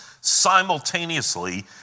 simultaneously